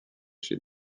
chez